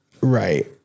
Right